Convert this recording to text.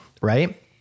right